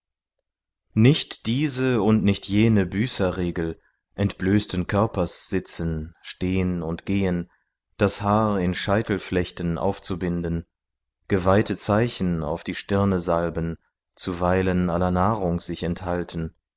nicht diese und nicht jene büßerregel entblößten körpers sitzen stehn und gehen das haar in scheitelflechten aufzubinden geweihte zeichen auf die stirne salben zuweilen aller nahrung sich enthalten